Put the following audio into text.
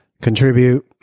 contribute